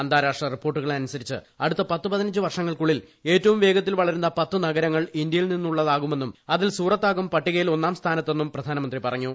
അന്താരാഷ്ട്ര റിപ്പോർട്ടുകളനുസരിച്ച് അടുത്ത പത്ത് പതി നഞ്ച് വർഷങ്ങൾക്കുളളിൽ ഏറ്റവും വേഗത്തിൽ വളരുന്ന പത്ത് നഗരങ്ങൾ ഇന്ത്യ യിൽ നിന്നുളളതാകുമെന്നും അതിൽ സൂറത്താകും പട്ടികയിൽ ഒന്നാം സ്ഥാന ത്തെന്നും പ്രധാനമന്ത്രി പറഞ്ഞു